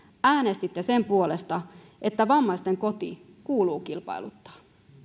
äänestitte sen puolesta että vammaisten koti kuuluu kilpailuttaa